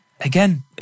again